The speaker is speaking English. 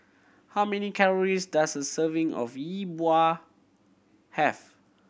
how many calories does a serving of Yi Bua have